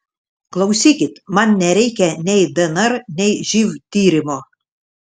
klausykit man nereikia nei dnr nei živ tyrimo